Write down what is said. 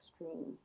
extreme